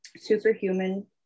Superhuman